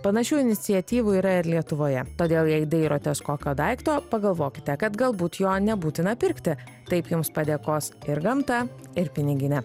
panašių iniciatyvų yra ir lietuvoje todėl jei dairotės kokio daikto pagalvokite kad galbūt jo nebūtina pirkti taip jums padėkos ir gamta ir piniginė